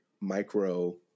micro